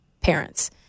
parents